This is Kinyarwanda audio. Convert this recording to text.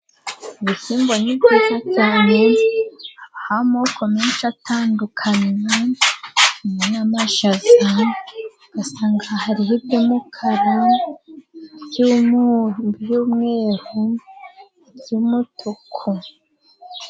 Ibishyimbo ni byiza cyane habaho amoko menshi atandukanye, harimo nk'amashaza ugasanga hariho iby'umukara, iby'umweru n'umutuku.